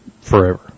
forever